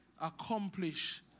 accomplish